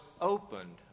opened